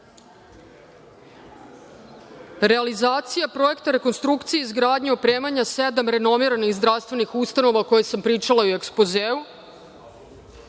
realizacija projekta rekonstrukcije i izgradnje, opremanja sedam renomiranih zdravstvenih ustanova o kojima sam pričala i u ekspozeu